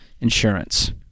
insurance